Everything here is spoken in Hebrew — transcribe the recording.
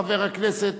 חבר הכנסת,